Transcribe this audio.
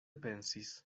pensis